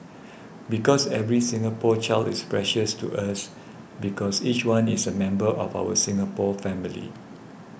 because every Singapore child is precious to us because each one is a member of our Singapore family